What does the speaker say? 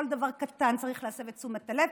כל דבר קטן צריך להסב את תשומת הלב,